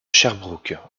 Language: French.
sherbrooke